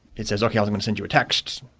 it says, okay, i'm going to send you a text.